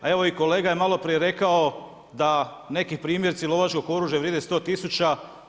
A evo i kolega je malo prije rekao da neki primjerci lovačkog oružja vrijede 100 tisuća.